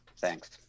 Thanks